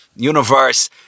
universe